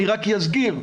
רק אזכיר,